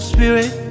Spirit